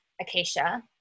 Acacia